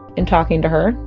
in talking to her,